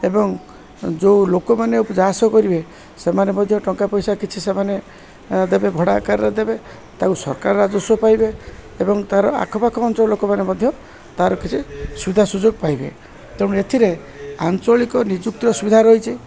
ଏବଂ ଯେଉଁ ଲୋକମାନେ ଯାଆ ଆସ କରିବେ ସେମାନେ ମଧ୍ୟ ଟଙ୍କା ପଇସା କିଛି ସେମାନେ ଦେବେ ଭଡ଼ା ଆକାରରେ ଦେବେ ତାକୁ ସରକାର ରାଜସ୍ୱ ପାଇବେ ଏବଂ ତା'ର ଆଖପାଖ ଅଞ୍ଚଳ ଲୋକମାନେ ମଧ୍ୟ ତା'ର କିଛି ସୁବିଧା ସୁଯୋଗ ପାଇବେ ତେଣୁ ଏଥିରେ ଆଞ୍ଚଳିକ ନିଯୁକ୍ତିର ସୁବିଧା ରହିଛି